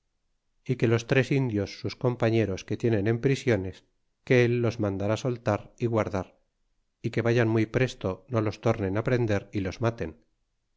y que los tres indios sus compañeros que tienen en prisiones que él los mandara soltar y guardar y que vayan muy presto no los tornen á prender y los maten